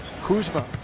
Kuzma